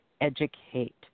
educate